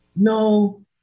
no